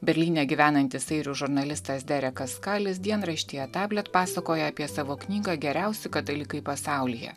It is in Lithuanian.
berlyne gyvenantis airių žurnalistas derekas kalis dienraštyje tablet pasakoja apie savo knygą geriausi dalykai pasaulyje